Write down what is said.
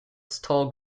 store